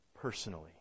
personally